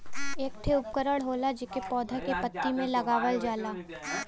एक ठे उपकरण होला जेके पौधा के पत्ती में लगावल जाला